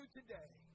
today